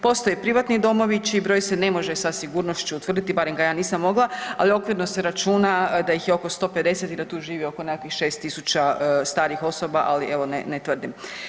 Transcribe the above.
Postoje privatni domovi čiji broj se ne može sa sigurnošću utvrditi, barem ga ja nisam mogla, ali okvirno se računa da ih je oko 150 i da tu živi oko nekakvih 6000 starijih osoba, ali evo ne, ne tvrdim.